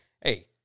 Hey